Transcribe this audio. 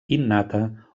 innata